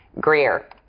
Greer